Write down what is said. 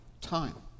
time